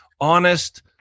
honest